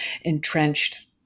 entrenched